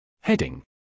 Heading